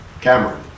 Cameron